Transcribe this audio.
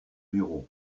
bureau